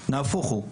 אלא נהפוך הוא.